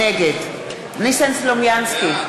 נגד ניסן סלומינסקי,